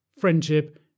friendship